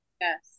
Yes